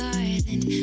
island